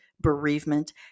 bereavement